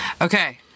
okay